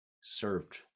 served